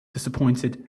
disappointed